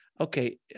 okay